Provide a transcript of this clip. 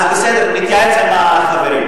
בסדר, נתייעץ עם החברים.